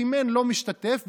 סימן: לא משתתף,